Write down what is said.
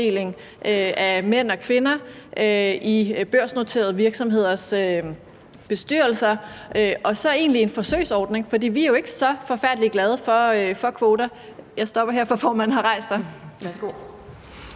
af mænd og kvinder i børsnoterede virksomheders bestyrelser, og så skal det være en forsøgsordning, for vi er jo ikke så forfærdelig glade for kvoter. Jeg stopper her, for formanden har rejst sig.